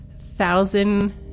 thousand